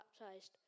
baptized